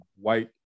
white